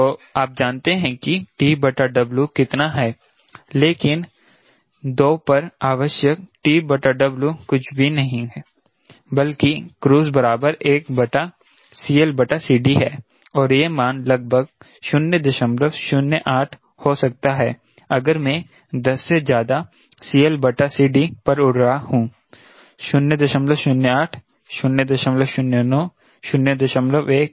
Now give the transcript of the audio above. तो आप जानते हैं कि TW कितना है लेकिन 2 पर आवश्यक TW कुछ भी नहीं बल्कि क्रूज़ बराबर 1 बटा CLCD है और यह मान लगभग 008 हो सकता है अगर मैं 10 से ज्यादा CLCD पर उड़ रहा हूं 008 009 01 जो भी संख्या हो सकती है